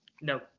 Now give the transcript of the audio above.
no